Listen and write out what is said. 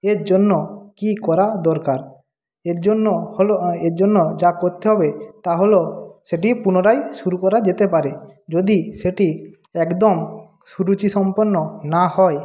এর জন্য কি করা দরকার এর জন্য হলো এর জন্য যা করতে হবে তা হলো সেটি পুনরায় শুরু করা যেতে পারে যদি সেটি একদম সুরুচিসম্পন্ন না হয়